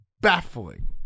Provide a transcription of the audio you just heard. baffling